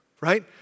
right